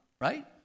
right